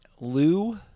Lou